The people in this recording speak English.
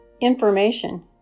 information